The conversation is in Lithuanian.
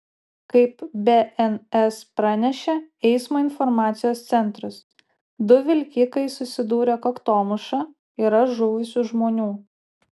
kaip bns pranešė eismo informacijos centras du vilkikai susidūrė kaktomuša yra žuvusių žmonių